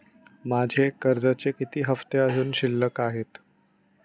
माझे कर्जाचे किती हफ्ते अजुन शिल्लक आहेत?